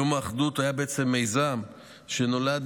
יום האחדות היה בעצם מיזם שנולד,